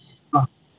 ಹಾಂ